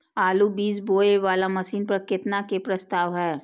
आलु बीज बोये वाला मशीन पर केतना के प्रस्ताव हय?